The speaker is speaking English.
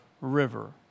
River